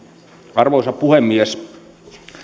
arvoisa puhemies